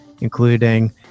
including